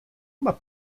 mar